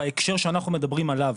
בהקשר שאנחנו מדברים עליו,